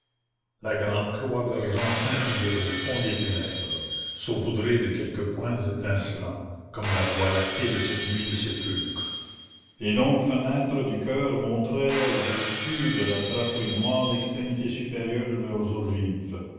la grande croix d'argent scintillait au fond des ténèbres saupoudrée de quelques points étincelants comme la voie lactée de cette nuit de sépulcre les longues fenêtres du choeur montraient au-dessus de la draperie noire l'extrémité supérieure de leurs ogives